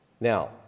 Now